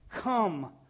come